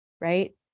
Right